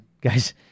guys